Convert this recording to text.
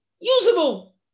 usable